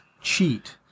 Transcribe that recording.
cheat